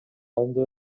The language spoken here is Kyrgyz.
алынды